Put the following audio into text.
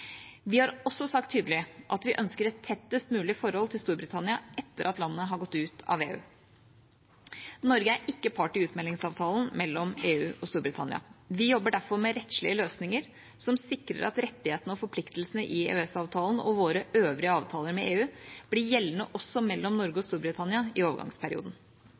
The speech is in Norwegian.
Vi har også sagt tydelig at vi ønsker et tettest mulig forhold til Storbritannia etter at landet har gått ut av EU. Norge er ikke part i utmeldingsavtalen mellom EU og Storbritannia. Vi jobber derfor med rettslige løsninger, som sikrer at rettighetene og forpliktelsene i EØS-avtalen og våre øvrige avtaler med EU blir gjeldende også mellom Norge og Storbritannia i overgangsperioden.